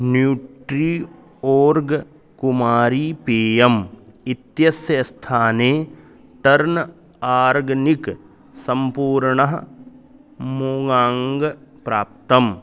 nutri org कुमारी पेयम् इत्यस्य स्थाने टर्न् आर्गनिक् सम्पूर्णः मूङ्गङ्ग् प्राप्तम्